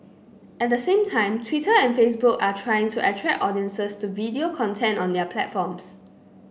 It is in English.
at the same time Twitter and Facebook are trying to attract audiences to video content on their platforms